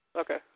Okay